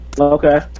Okay